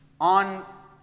on